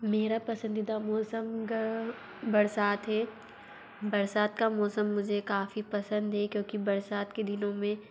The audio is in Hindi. मेरा पसंदीदा मौसम गर बरसात है बरसात का मौसम मुझे काफ़ी पसंद हे क्योंकि बरसात के दिनों में